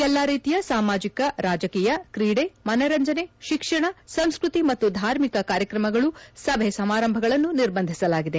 ಎಲ್ಲ ರೀತಿಯ ಸಾಮಾಜಿಕ ರಾಜಕೀಯ ಕ್ರೀಡೆ ಮನರಂಜನೆ ಶಿಕ್ಷಣ ಸಂಸ್ಸ್ತಿ ಮತ್ತು ಧಾರ್ಮಿಕ ಕಾರ್ಯಕ್ರಮಗಳು ಸಭೆ ಸಮಾರಂಭಗಳನ್ನು ನಿರ್ಬಂಧಿಸಲಾಗಿದೆ